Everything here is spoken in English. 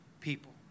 people